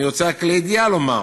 אני רוצה רק לידיעה לומר: